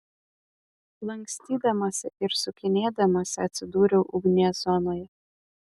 lankstydamasi ir sukinėdamasi atsidūriau ugnies zonoje